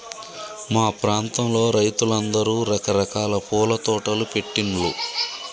మా ప్రాంతంలో రైతులందరూ రకరకాల పూల తోటలు పెట్టిన్లు